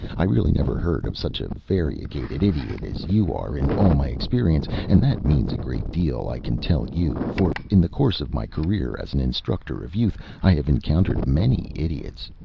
i really never heard of such a variegated idiot as you are in all my experience, and that means a great deal, i can tell you, for in the course of my career as an instructor of youth i have encountered many idiots.